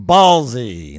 Ballsy